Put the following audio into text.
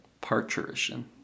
parturition